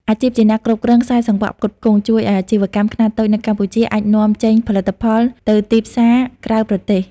អាជីពជាអ្នកគ្រប់គ្រងខ្សែសង្វាក់ផ្គត់ផ្គង់ ជួយឱ្យអាជីវកម្មខ្នាតតូចនៅកម្ពុជាអាចនាំចេញផលិតផលទៅទីផ្សារក្រៅប្រទេស។